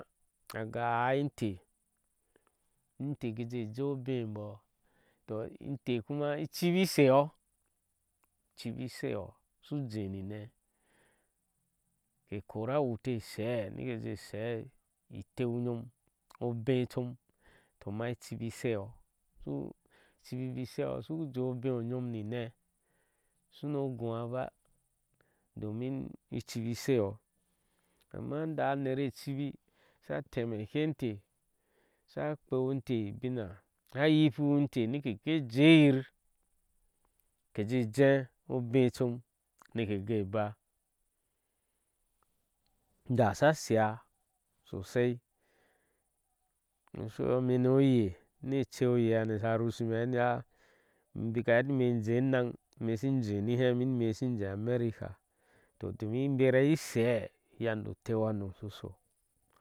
Aka haaɨ intech ni inte ke kiəəh jii obɛɛh embooh toh intech kuma ichibi isheyo ichibi sheyo ushu jee ni ne ke kora a wuti ke she nike je shee iteu nyom obeeh chomtama ichibi isheyo toh i chibi bi sheyo ushu jeeh oteu o nyom ni inee shuno guwaa domin ichibi ishewo nere. chibi sha. temeke intech sha yikiwinteh nike keh eyir kejee jee obee chom nike ke baa da sa shiya sosai oshoiyo ime ino oye ni eche oye hana ha rushime heti a nibka heti ime injeeh enaŋ ime ishin jee ni ijee meti. ime ishin in jee amerika domin in bere ashee yade o teu hano sho shɔɔ.